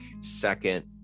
second